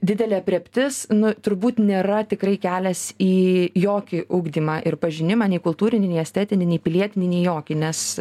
didelė aprėptis nu turbūt nėra tikrai kelias į jokį ugdymą ir pažinimą nei kultūrinį estetinį nei pilietinį nei jokį nes